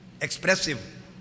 expressive